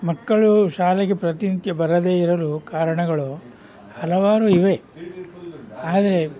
ಮಕ್ಕಳು ಶಾಲೆಗೆ ಪ್ರತಿನಿತ್ಯ ಬರದೆ ಇರಲು ಕಾರಣಗಳು ಹಲವಾರು ಇವೆ ಆದರೆ